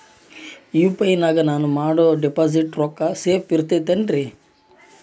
UPI ನಾಗ ನಾನು ಮಾಡೋ ಡಿಪಾಸಿಟ್ ರೊಕ್ಕ ಸೇಫ್ ಇರುತೈತೇನ್ರಿ?